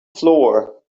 floor